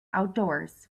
outdoors